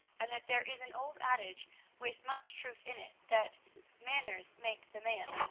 and that there is an old adage with much truth in it, that manners make the man.